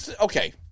okay